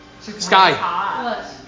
Sky